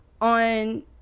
on